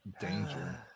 Danger